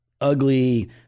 ugly